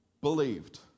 believed